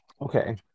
Okay